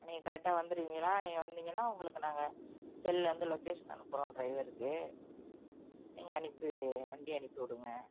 நீங்க கரெக்டாக வந்துடுவீங்களா நீங்கள் வந்தீங்கன்னால் உங்களுக்கு நாங்கள் செல்லுலேருந்து லொக்கேஷன் அனுப்புகிறோம் டிரைவருக்கு நீங்கள் அனுப்பி வண்டி அனுப்பி விடுங்க